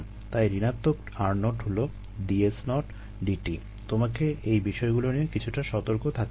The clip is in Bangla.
তাই ঋণাত্মক r0 হলো dS0 dt তোমাকে এই বিষয়গুলো নিয়ে কিছুটা সতর্ক থাকতে হবে